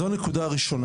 זו נקודה ראשונה.